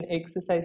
exercise